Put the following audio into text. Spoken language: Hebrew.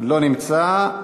לא נמצא.